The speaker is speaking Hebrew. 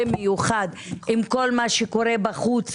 במיוחד עם כל מה שקורה בחוץ,